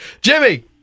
Jimmy